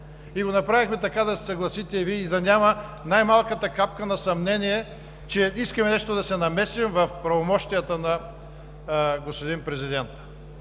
И го направихме така, за да се съгласите и Вие, и да няма най-малката капка на съмнение, че искаме да се намесим в правомощията на господин президента.